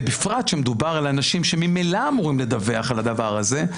ובפרט כשמדובר על אנשים שממילא אמורים לדווח על הדבר הזה.